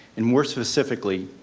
and more specifically,